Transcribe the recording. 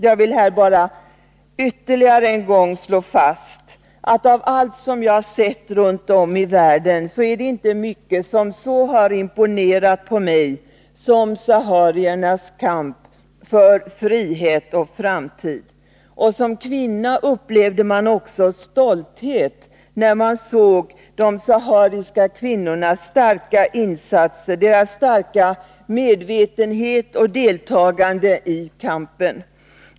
Jag vill här bara ytterligare en gång slå fast att av allt jag har sett runt om i världen är det inte mycket som så har imponerat på mig som sahariernas kamp för frihet och framtid. Som kvinna upplevde man också stolthet när man såg de sahariska kvinnornas starka insatser, deras starka medvetenhet och deltagande i kampen.